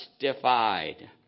justified